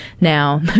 Now